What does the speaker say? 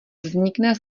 vznikne